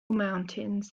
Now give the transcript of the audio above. mountains